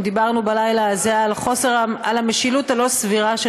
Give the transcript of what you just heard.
אם דיברנו בלילה הזה על המשילות הלא-סבירה של